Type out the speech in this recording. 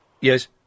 Yes